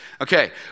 Okay